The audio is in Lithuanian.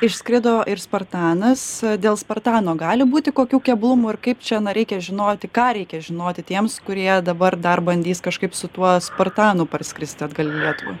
išskrido ir spartanas dėl spartano gali būti kokių keblumų ir kaip čia na reikia žinoti ką reikia žinoti tiems kurie dabar dar bandys kažkaip su tuo spartanu parskristi atgal į lietuvą